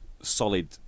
solid